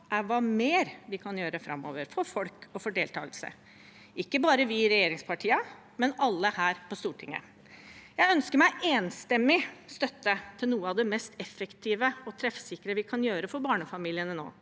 er hva mer vi kan gjøre framover for folk og for deltakelse, ikke bare vi i regjeringspartiene, men alle her på Stortinget. Jeg ønsker meg en enstemmig støtte til noe av det mest effektive og treffsikre vi kan gjøre for barnefamiliene nå,